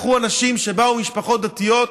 לקחו אנשים שבאו ממשפחות דתיות,